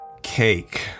cake